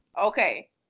Okay